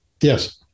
Yes